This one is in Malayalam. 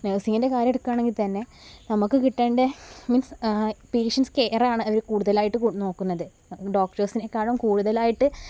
നഴ്സിങ്ങിൻ്റെ കാര്യം എടുക്കുകയാണെങ്കില് തന്നെ നമുക്ക് കിട്ടേണ്ട മീൻസ് പേഷ്യൻസ് കെയറാണ് അവര് കൂടുതലായിട്ട് നോക്കുന്നത് ഡോക്ടർസിനെക്കാളും കൂടുതലായിട്ട്